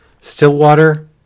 Stillwater